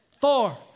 Four